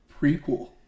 prequel